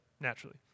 naturally